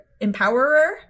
empowerer